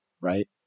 right